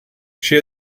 she